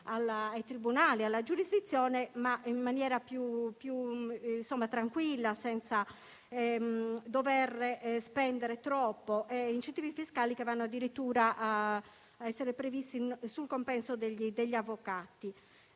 ai tribunali e alla giurisdizione, in maniera più tranquilla, senza dover spendere troppo. Questi incentivi fiscali saranno addirittura previsti sul compenso degli avvocati.